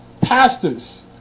pastors